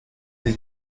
sie